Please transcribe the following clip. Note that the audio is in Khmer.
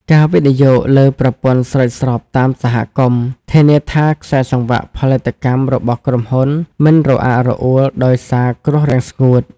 ការវិនិយោគលើប្រព័ន្ធស្រោចស្រពតាមសហគមន៍ ធានាថាខ្សែសង្វាក់ផលិតកម្មរបស់ក្រុមហ៊ុនមិនរអាក់រអួលដោយសារគ្រោះរាំងស្ងួត។